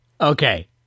Okay